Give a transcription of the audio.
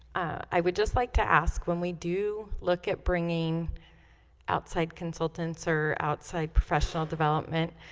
i would just like to ask when we do look at bringing outside consultants or outside professional development